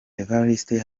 evariste